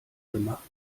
gemacht